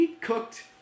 cooked